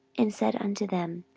and said unto them,